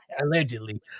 allegedly